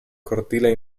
cortile